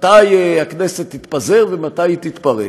מתי הכנסת תתפזר ומתי היא תתפרק.